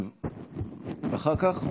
אחר כך?